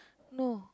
no